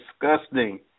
disgusting